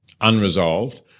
unresolved